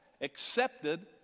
accepted